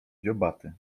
dziobaty